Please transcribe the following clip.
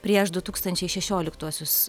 prieš du tūkstančiai šešioliktuosius